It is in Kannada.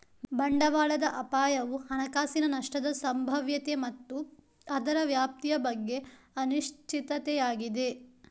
ಬಂಡವಾಳದ ಅಪಾಯವು ಹಣಕಾಸಿನ ನಷ್ಟದ ಸಂಭಾವ್ಯತೆ ಮತ್ತು ಅದರ ವ್ಯಾಪ್ತಿಯ ಬಗ್ಗೆ ಅನಿಶ್ಚಿತತೆಯಾಗಿದೆ